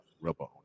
rubber